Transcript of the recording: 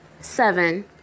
Seven